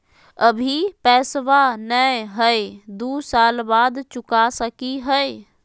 अभि पैसबा नय हय, दू साल बाद चुका सकी हय?